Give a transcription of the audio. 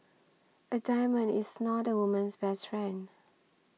a diamond is not a woman's best friend